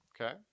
Okay